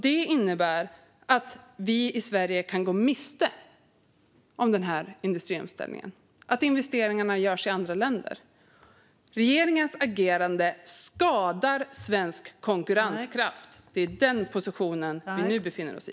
Detta innebär att vi i Sverige kan gå miste om industriomställningen och att investeringarna görs i andra länder. Regeringens agerande skadar svensk konkurrenskraft. Det är den position vi nu befinner oss i.